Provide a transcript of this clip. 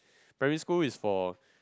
primary school is for